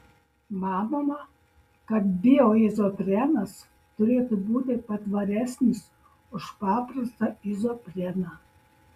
manoma kad bioizoprenas turėtų būti patvaresnis už paprastą izopreną